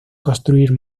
construir